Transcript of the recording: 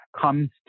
comes